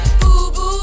boo-boo